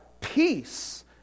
peace